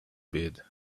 bed